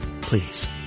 Please